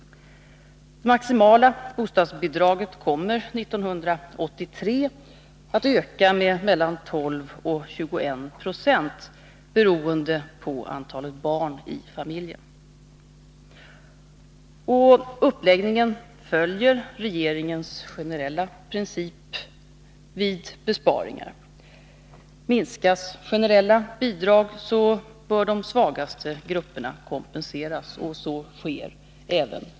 Det maximala bostadsbidraget kommer 1983 att öka med mellan 12 och 21 96 beroende på antalet barn i familjen. Uppläggningen följer regeringens generella princip vid besparingar. Minskas generella bidrag bör de svagaste grupperna kompenseras, och så sker även nu.